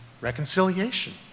reconciliation